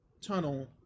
tunnel